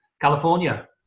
California